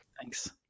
Thanks